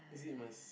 is it must